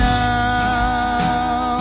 now